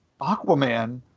Aquaman